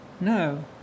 No